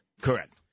Correct